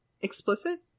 explicit